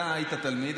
אתה היית תלמיד,